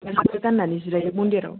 गाननानै जिरायो मनदिराव